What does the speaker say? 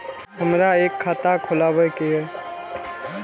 हमरा एक खाता खोलाबई के ये?